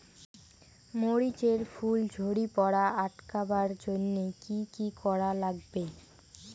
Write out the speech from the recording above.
মরিচ এর ফুল ঝড়ি পড়া আটকাবার জইন্যে কি কি করা লাগবে?